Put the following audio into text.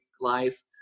life